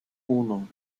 uno